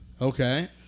Okay